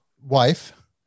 wife